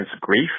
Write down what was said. grief